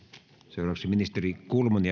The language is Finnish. seuraavaksi ministeri kulmuni